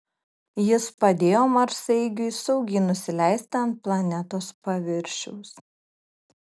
jis padėjo marsaeigiui saugiai nusileisti ant planetos paviršiaus